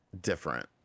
different